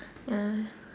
ya